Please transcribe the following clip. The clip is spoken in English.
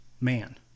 man